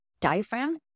diaphragm